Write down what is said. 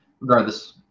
Regardless